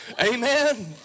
amen